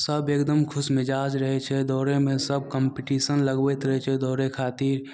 सब एकदम खुशमिजाज रहय छै दौड़यमे सब कंपीटिशन लगबैत रहय छै दौड़य खातिर